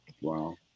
Wow